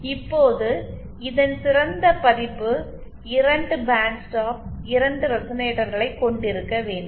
இப்போது இதன் சிறந்த பதிப்பு 2 பேண்ட் ஸ்டாப் 2 ரெசனேட்டர்களைக் கொண்டிருக்க வேண்டும்